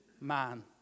man